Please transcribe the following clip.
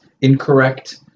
incorrect